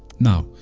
now,